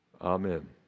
Amen